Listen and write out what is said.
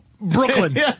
Brooklyn